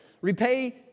Repay